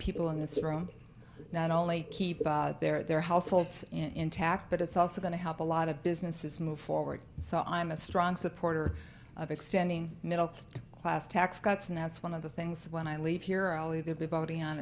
people in this room not only keep their households intact but it's also going to help a lot of businesses move forward so i'm a strong supporter of extending middle class tax cuts and that's one of the things that when i leave here i'll either be voting on